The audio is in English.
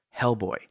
Hellboy